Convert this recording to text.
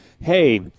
Hey